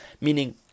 Meaning